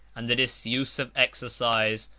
and the disuse of exercise,